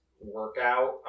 workout